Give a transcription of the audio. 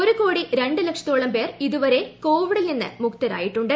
ഒരു കോടി രണ്ടു ലക്ഷത്തോളം പേർ ഇതുവരെ കോവിഡിൽ നിന്ന് മുക്തരായിട്ടുണ്ട്